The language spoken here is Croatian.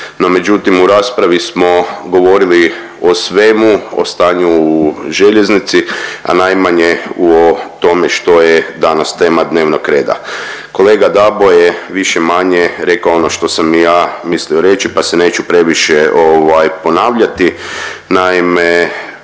međutim u raspravi smo govorili o svemu, o stanju u željeznici, a najmanje o tome što je danas tema dnevnog reda. Kolega Dabo je više-manje rekao ono što sam i ja mislio reći, pa se neću previše ponavljati.